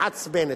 מעצבנת.